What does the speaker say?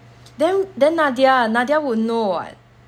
then then nadia nadia would know [what]